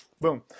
boom